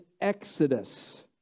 exodus